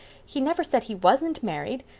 he never said he wasn't married.